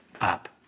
up